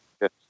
Yes